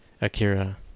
Akira